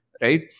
right